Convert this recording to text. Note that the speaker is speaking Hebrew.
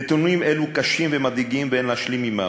נתונים אלו הם קשים ומדאיגים ואין להשלים עמם.